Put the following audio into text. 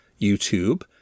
YouTube